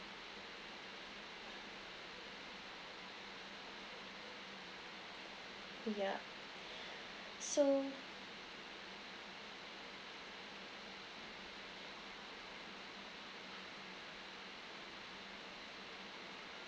yup so